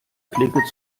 clique